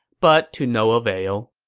but to no avail